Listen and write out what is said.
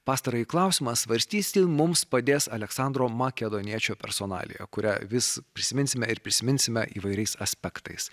pastarąjį klausimą svarstys ir mums padės aleksandro makedoniečio personalija kurią vis prisiminsime ir prisiminsime įvairiais aspektais